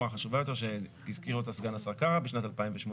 החשובה שהזכיר אותה סגן השר קארה בשנת 2018,